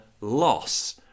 loss